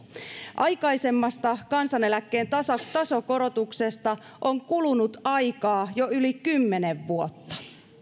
aikaisemmasta kansaneläkkeen tasokorotuksesta on kulunut aikaa jo yli kymmenen vuotta